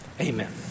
Amen